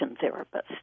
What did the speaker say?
therapist